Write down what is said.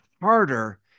harder